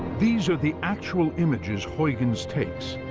these are the actual images huygens takes,